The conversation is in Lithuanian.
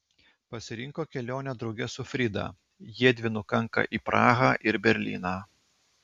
pasirinko kelionę drauge su frida jiedvi nukanka į prahą ir berlyną